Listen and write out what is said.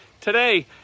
today